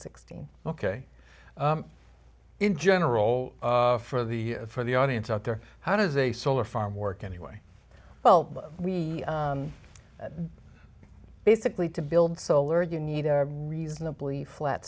sixteen ok in general for the for the audience out there how does a solar farm work anyway well we basically to build solar you need a reasonably flat